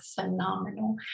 phenomenal